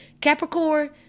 Capricorn